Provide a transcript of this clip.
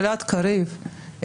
גלעד קריב,